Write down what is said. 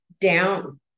down